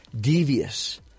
devious